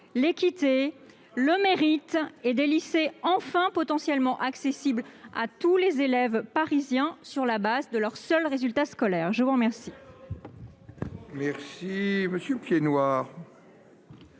l'équité, le mérite et rendre ces lycées potentiellement accessibles à tous les élèves parisiens, sur la base de leurs seuls résultats scolaires. C'est